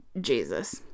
Jesus